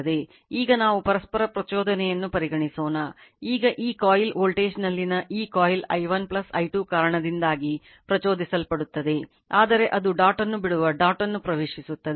ಈಗ ನಾವು ಪರಸ್ಪರ ಪ್ರಚೋದನೆಯನ್ನು ಪರಿಗಣಿಸೋಣ ಈಗ ಈ ಕಾಯಿಲ್ ವೋಲ್ಟೇಜ್ನಲ್ಲಿನ ಈ ಕಾಯಿಲ್ i1 i2 ಕಾರಣದಿಂದಾಗಿ ಪ್ರಚೋದಿಸಲ್ಪಡುತ್ತದೆ ಆದರೆ ಅದು ಡಾಟ್ ಅನ್ನು ಬಿಡುವ ಡಾಟ್ ಅನ್ನು ಪ್ರವೇಶಿಸುತ್ತದೆ